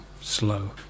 slow